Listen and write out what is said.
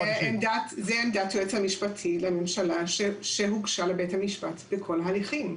זה עמדת היועץ המשפטי לממשלה שהוגשה לבית המשפט בכל ההליכים.